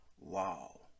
Wow